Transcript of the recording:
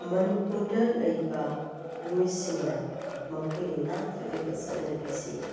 ꯃꯅꯤꯄꯤꯔꯗ ꯂꯩꯕ ꯃꯤꯑꯣꯏꯁꯤꯡꯅ ꯃꯈꯣꯏꯒꯤ ꯅꯥꯠꯀꯤ ꯑꯣꯏꯕ ꯆꯠꯅꯕꯤꯁꯤ